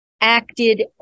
acted